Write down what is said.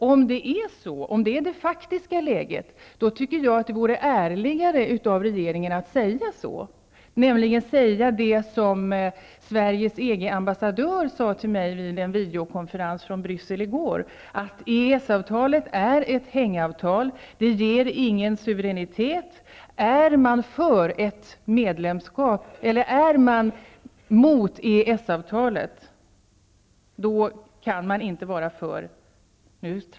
Om detta är det faktiska läget, tycker jag att det vore ärligare av regeringen att säga så -- säga det som Sveriges EG-ambassadör sade till mig vid en videokonferens från Bryssel i går, nämligen att EES-avtalet är ett hängavtal; det ger ingen suveränitet.